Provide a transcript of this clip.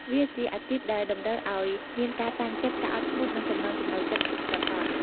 វាជាអាជីពដែលតម្រូវឱ្យមានការតាំងចិត្ត ការអត់ធ្មត់ និងចំណង់ចំណូលចិត្តពិតប្រាកដ។